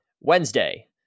Wednesday